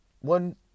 one